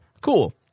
Cool